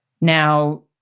Now